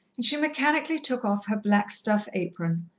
and she mechanically took off her black-stuff apron,